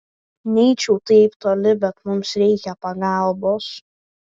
neeičiau taip toli bet mums reikia pagalbos